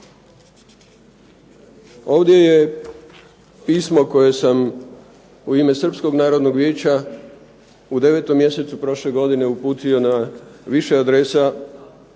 Ovdje je pismo koje sam u ime Srpskog narodnog vijeća u 9. mjesecu prošle godine uputio na više adresa,